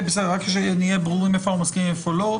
רק שנהיה ברורים איפה אנחנו מסכימים ואיפה לא.